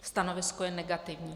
Stanovisko je negativní.